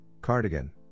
cardigan